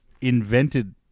invented